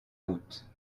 route